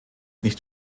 nicht